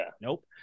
Nope